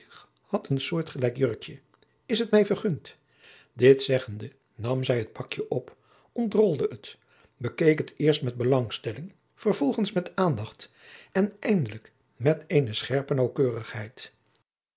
had een soortgelijk jurkje is het mij vergund dit zeggende nam zij het pakje op ontrolde het bekeek het eerst met belangstelling vervolgens met aandacht en eindelijk met eene scherpe